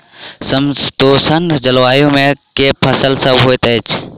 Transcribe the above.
समशीतोष्ण जलवायु मे केँ फसल सब होइत अछि?